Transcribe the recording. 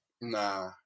Nah